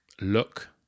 look